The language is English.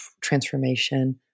transformation